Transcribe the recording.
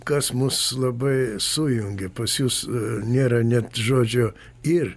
kas mus labai sujungia pas jus nėra net žodžio ir